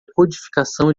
codificação